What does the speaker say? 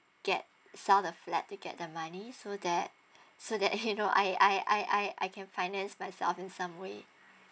get sell the flat to get the money so that so that you know I I I I I can finance myself in some way